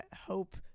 hope